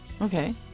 Okay